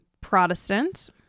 Protestant